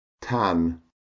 Tan